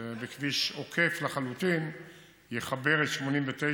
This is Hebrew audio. שבכביש עוקף לחלוטין יחבר את 89,